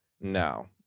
No